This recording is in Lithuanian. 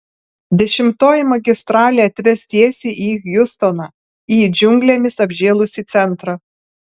dešimtoji magistralė atves tiesiai į hjustoną į džiunglėmis apžėlusį centrą